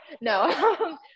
No